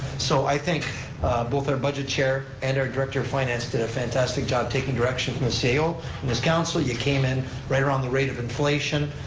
so i think both our budget chair and our director of finance did a fantastic job taking direction from the cao so this council, you came in right around the rate of inflation,